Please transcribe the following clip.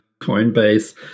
Coinbase